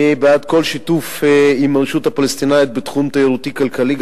אני בעד כל שיתוף עם הרשות הפלסטינית בתחום התיירותי-כלכלי,